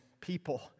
people